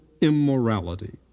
immorality